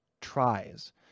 tries